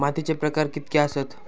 मातीचे प्रकार कितके आसत?